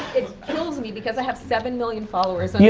kills me because i have seven million followers, and yeah